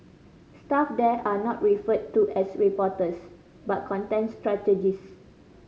staff there are not referred to as reporters but content strategist